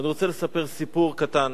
אני רוצה לספר סיפור קטן